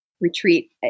retreat